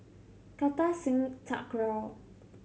Kartar Singh Thakral